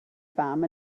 fam